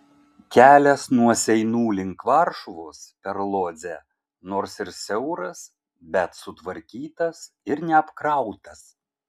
kelias nuo seinų link varšuvos per lodzę nors ir siauras bet sutvarkytas ir neapkrautas